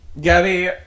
Gabby